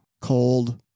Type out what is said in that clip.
cold